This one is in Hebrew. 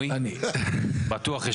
המיסים.